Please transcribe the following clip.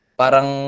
parang